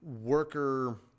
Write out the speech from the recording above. worker